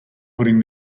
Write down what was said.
putting